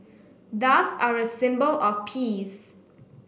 doves are a symbol of peace